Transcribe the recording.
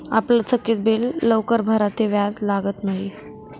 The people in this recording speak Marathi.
आपलं थकीत बिल लवकर भरं ते व्याज लागत न्हयी